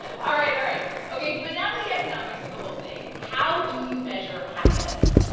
all right. all right. ok. but now to the economics of the whole thing how do you measure happiness?